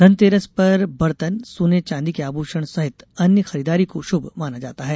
धनतेरस पर बर्तन सोने चांदी के आभूषण सहित अन्य खरीदारी को शुभ माना जाता है